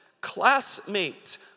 classmates